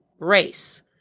Race